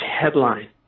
headline